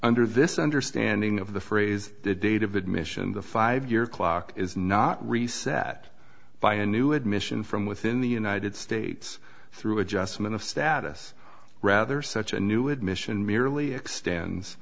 under this understanding of the phrase the date of admission the five year clock is not reset by a new admission from within the united states through adjustment of status rather such a new admission merely extends